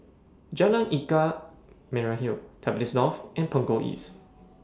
Jalan Ikan Merah Hill Tampines North and Punggol East